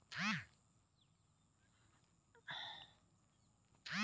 arrowroot ಇದು ಉಷ್ಣವಲಯದ ಇಂಡೋನೇಶ್ಯದಲ್ಲಿ ಬೆಳೆಯ ಬೇರಿನ ಗೆಡ್ಡೆ ಆಗಿದೆ